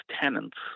tenants